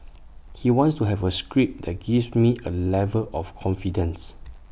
he wants to have A script that gives me A level of confidence